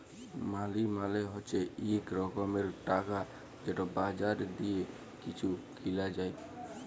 মালি মালে হছে ইক রকমের টাকা যেট বাজারে দিঁয়ে কিছু কিলা যায়